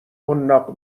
حناق